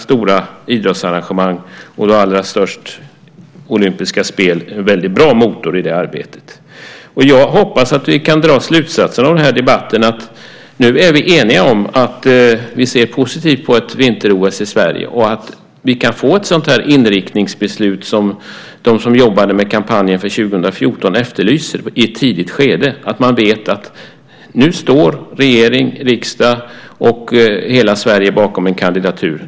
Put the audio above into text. Stora idrottsarrangemang - det största är ju olympiska spel - är ju en väldigt bra motor i det arbetet. Jag hoppas att vi kan dra slutsatsen av den här debatten att vi nu är eniga om att vi ser positivt på ett vinter-OS i Sverige och att vi i ett tidigt skede kan få ett sådant här inriktningsbeslut som de som jobbade med kampanjen för 2014 efterlyser, så att man vet att regering, riksdag och hela Sverige nu står bakom en kandidatur.